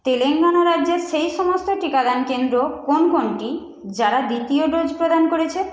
তেলেঙ্গানা রাজ্যে সেই সমস্ত টিকাদান কেন্দ্র কোন কোনটি যারা দ্বিতীয় ডোজ প্রদান করছে